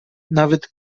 nawet